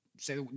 Say